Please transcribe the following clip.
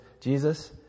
Jesus